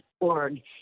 org